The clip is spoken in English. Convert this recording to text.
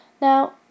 Now